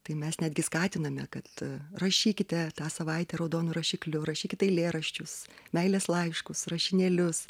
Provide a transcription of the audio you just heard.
tai mes netgi skatiname kad rašykite tą savaitę raudonu rašikliu rašykit eilėraščius meilės laiškus rašinėlius